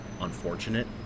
unfortunate